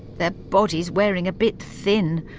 their bodies wearing a bit thin.